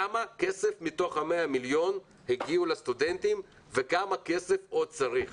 כמה כסף מתוך ה-100 מיליון הגיע לסטודנטים וכמה כסף עוד צריך?